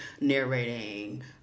narrating